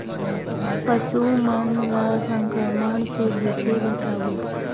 पशु मन ला संक्रमण से कइसे बचाबो?